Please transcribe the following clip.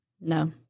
No